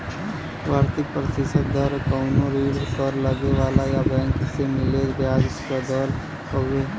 वार्षिक प्रतिशत दर कउनो ऋण पर लगे वाला या बैंक से मिले ब्याज क दर हउवे